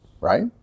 right